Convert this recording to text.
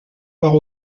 foire